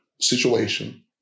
situation